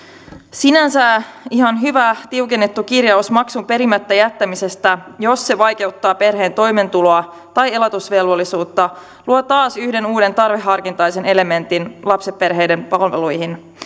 sinänsä ihan hyvä tiukennettu kirjaus maksun perimättä jättämisestä jos se vaikeuttaa perheen toimeentuloa tai elatusvelvollisuutta luo taas yhden uuden tarveharkintaisen elementin lapsiperheiden palveluihin